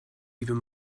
even